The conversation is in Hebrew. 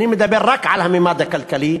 אני מדבר רק על הממד הכלכלי,